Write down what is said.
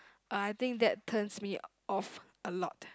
I think that turns me off a lot